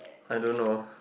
I don't know